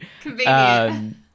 Convenient